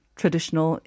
traditional